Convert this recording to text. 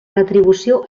retribució